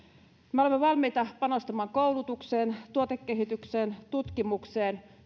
me olemme valmiita panostamaan koulutukseen tuotekehitykseen ja tutkimukseen sekä